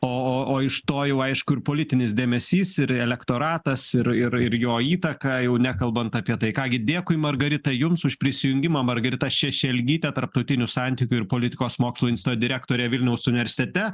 o o o iš to jau aišku ir politinis dėmesys ir elektoratas ir ir ir jo įtaka jau nekalbant apie tai ką gi dėkui margarita jums už prisijungimą margarita šešelgytė tarptautinių santykių ir politikos mokslų instituto direktorė vilniaus universitete